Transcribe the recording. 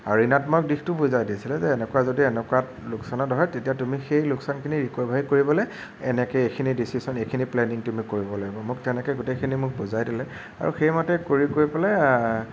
আৰু ঋণাত্মক দিশটো বুজাই দিছিল যে এনেকুৱা যদি এনেকুৱাত লোকচানত হয় তেতিয়া তুমি সেই লোকচানখিনি ৰিক'ভাৰি কৰিবলৈ এনেকে এইখিনি ডিছিছন এইখিনি প্লেনিং তুমি কৰিব লাগিব মোক তেনেকৈ গোটেইখিনি মোক বুজাই দিলে আৰু সেইমতে কৰি কৰি পেলাই